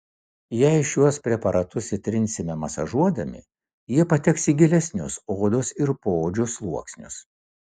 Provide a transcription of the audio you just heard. jei šiuos preparatus įtrinsime masažuodami jie pateks į gilesnius odos ir poodžio sluoksnius